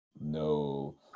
No